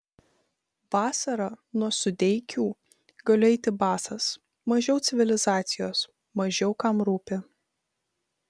vasarą nuo sudeikių galiu eiti basas mažiau civilizacijos mažiau kam rūpi